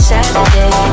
Saturday